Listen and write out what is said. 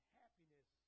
happiness